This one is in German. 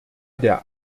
der